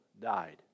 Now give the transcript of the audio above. died